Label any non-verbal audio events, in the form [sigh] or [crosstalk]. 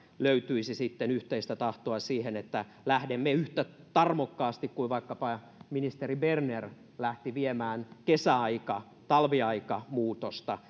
löytyisi yhteistä tahtoa siihen niin lähdemme viemään tätä yhtä tarmokkaasti kuin vaikkapa ministeri berner lähti viemään kesäaika talviaika muutosta [unintelligible]